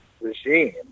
regime